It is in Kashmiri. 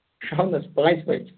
شامَس پانژھِ بَجہِ